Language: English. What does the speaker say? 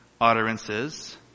utterances